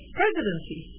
presidency